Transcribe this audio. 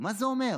מה זה אומר?